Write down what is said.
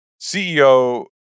CEO